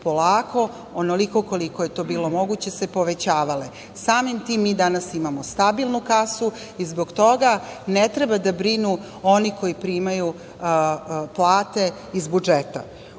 onoliko koliko je to bilo moguće, se povećavale. Samim tim mi danas imamo stabilnu kasu i zbog toga ne treba da brinu oni koji primaju plate iz budžeta. Ono